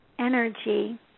energy